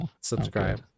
subscribe